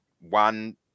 one